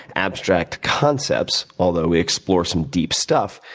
abstract concepts, although we explore some deep stuff,